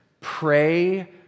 pray